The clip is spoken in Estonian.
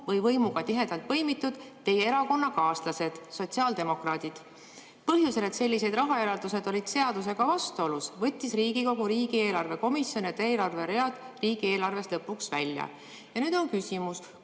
või võimuga tihedalt põimitud teie erakonnakaaslased, sotsiaaldemokraadid. Põhjusel, et sellised rahaeraldused olid seadusega vastuolus, võttis Riigikogu riigieelarve [kontrolli eri]komisjon need eelarveread riigieelarvest lõpuks välja. Ja nüüd on küsimus: